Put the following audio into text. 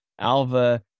Alva